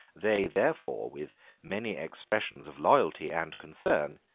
they therefore, with many expressions of loyalty and concern,